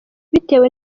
bitewe